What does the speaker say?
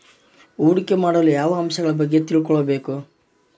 ಹೂಡಿಕೆ ಮಾಡಲು ಯಾವ ಅಂಶಗಳ ಬಗ್ಗೆ ತಿಳ್ಕೊಬೇಕು?